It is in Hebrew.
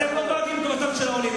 אתם לא דואגים לטובתם של העולים.